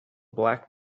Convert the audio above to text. black